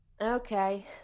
Okay